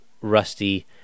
Rusty